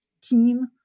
team